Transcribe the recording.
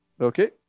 Okay